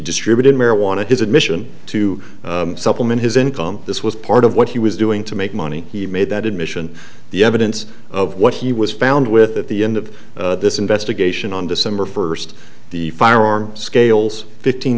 distributed marijuana his admission to supplement his income this was part of what he was doing to make money he made that admission the evidence of what he was found with at the end of this investigation on december first the firearm scales fifteen